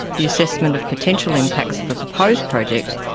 the assessment of potential impacts of a proposed project,